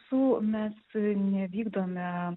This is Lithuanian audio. su mes nevykdome